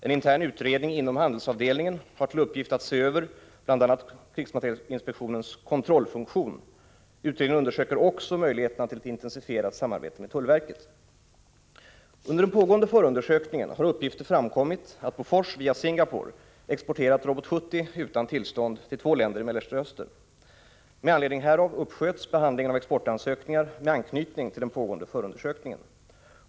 En intern utredning inom handelsavdelningen har till uppgift att se över bl.a. krigsmaterielinspektionens kontrollfunktion. Utredningen undersöker också möjligheterna till ett intensifierat samarbete med tullverket. Under den pågående förundersökningen har uppgifter framkommit att Bofors via Singapore exporterat robot 70 utan tillstånd till två länder i Mellersta Östern. Med anledning härav uppsköts behandlingen av exportansökningar med anknytning till den pågående förundersökningen.